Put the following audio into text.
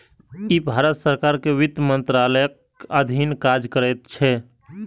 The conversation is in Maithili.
ई भारत सरकार के वित्त मंत्रालयक अधीन काज करैत छै